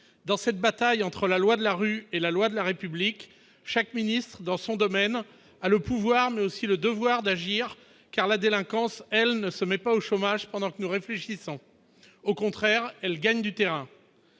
dans cette bataille entre la loi de la rue et la loi de la République, chaque ministre dans son domaine, a le pouvoir, mais aussi le devoir d'agir car la délinquance, elle ne se met pas au chômage pendant que nous réfléchissons, au contraire, elle gagne du terrain,